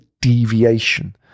deviation